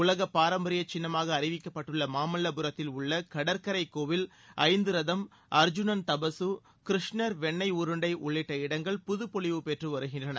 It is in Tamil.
உலகப் பாரம்பரிய சின்னமாக அறிவிக்கப்பட்டுள்ள மாமல்லபுரத்தில் உள்ள கடற்கரைகோவில் ஐந்து ரதம் அர்ஜூனன் தபக கிருஷ்ணர் வெண்ணெய் உருண்டை உள்ளிட்ட இடங்கள் புதப்பொலிவு பெற்று வருகின்றன